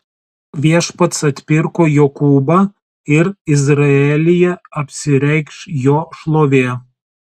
viešpats atpirko jokūbą ir izraelyje apsireikš jo šlovė